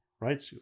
Right